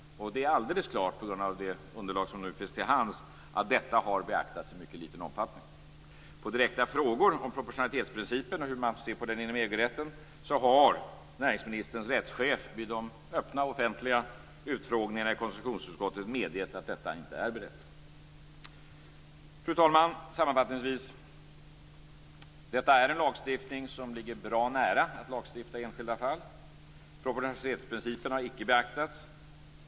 Det framgår alldeles klart av det underlag som finns till hands att detta har beaktats i mycket liten omfattning. På direkta frågor om proportionalitetsprincipen och hur man ser på den inom EG-rätten har näringsministerns rättschef vid de öppna och offentliga utfrågningarna i konstitutionsutskottet medgett att detta inte är berett. Fru talman! Sammanfattningsvis: Detta är en lagstiftning som ligger bra nära att lagstifta om i enskilda fall. Proportionalitetsprincipen har icke beaktats.